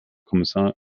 kommissar